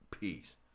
Peace